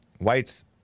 Whites